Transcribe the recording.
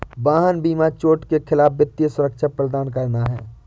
वाहन बीमा चोट के खिलाफ वित्तीय सुरक्षा प्रदान करना है